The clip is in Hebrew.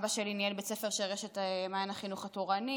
אבא שלי ניהל בית ספר של רשת מעיין החינוך התורני,